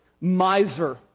miser